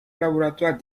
laboratoire